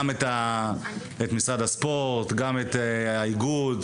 אני מברך גם את משרד הספורט ואת האיגוד.